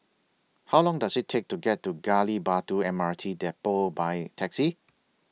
How Long Does IT Take to get to Gali Batu M R T Depot By Taxi